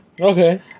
Okay